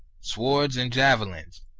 swords and javelins,